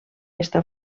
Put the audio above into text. està